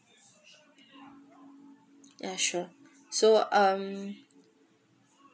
ya sure so um